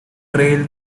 trial